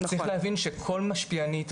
צריך להבין שכל משפיענית,